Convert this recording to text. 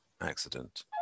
Accident